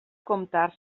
comptar